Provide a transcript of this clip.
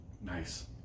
Nice